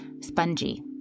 spongy